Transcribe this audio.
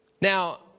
Now